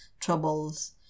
troubles